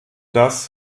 das